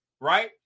right